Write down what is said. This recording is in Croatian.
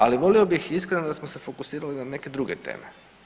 Ali volio bih iskreno da smo se fokusirali na neke druge teme.